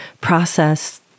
process